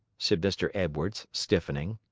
said mr. edwards, stiffening.